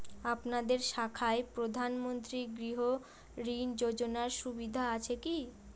আপনাদের শাখায় প্রধানমন্ত্রী গৃহ ঋণ যোজনার সুবিধা আছে কি?